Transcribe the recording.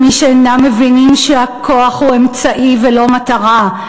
של מי שאינם מבינים שהכוח הוא אמצעי ולא מטרה,